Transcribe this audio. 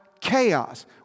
chaos